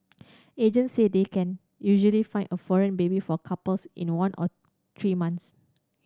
agents say they can usually find a foreign baby for couples in one or three months